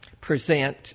present